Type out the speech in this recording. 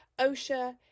OSHA